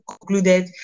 concluded